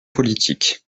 politique